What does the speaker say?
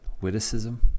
witticism